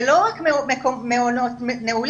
זה לא רק מעונות נעולים,